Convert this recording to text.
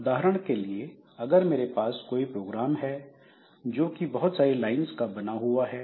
उदाहरण के लिए अगर मेरे पास कोई प्रोग्राम है जो की बहुत सारी लाइंस का बना हुआ है